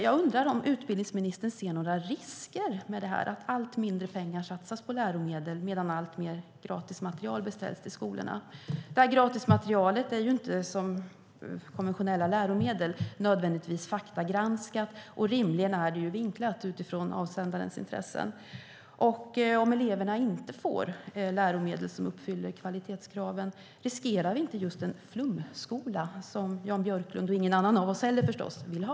Jag undrar om utbildningsministern ser några risker med att allt mindre pengar satsas på läromedel medan alltmer gratismaterial beställs till skolorna. Gratismaterialet är inte som konventionella läromedel nödvändigtvis faktagranskat, och rimligen är det vinklat utifrån avsändarens intressen. Om eleverna inte får läromedel som uppfyller kvalitetskraven - riskerar vi då inte att få just den flumskola som Jan Björklund och förstås inte heller någon annan av oss vill ha?